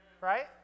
Right